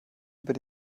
über